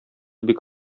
бик